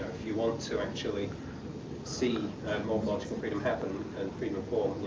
you want to actually see and morphological freedom happen and freedom of form